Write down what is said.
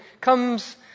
comes